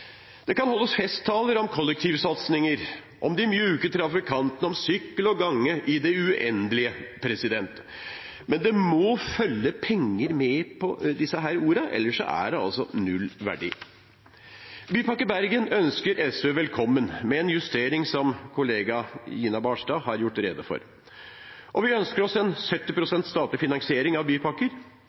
Det kan holdes festtaler om kollektivsatsinger, om de myke trafikantene, om sykkel og gange, i det uendelige. Men det må følge penger med disse ordene, ellers har det null verdi. Bypakke Bergen er noe SV ønsker velkommen, med en justering som kollega Gina Barstad har gjort rede for. Og vi ønsker oss en 70 pst. statlig finansiering av bypakker.